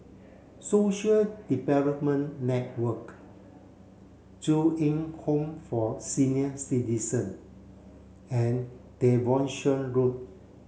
Social Development Network Ju Eng Home for Senior Citizen and Devonshire Road